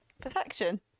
Perfection